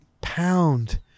pound